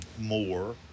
more